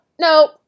No